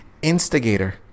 instigator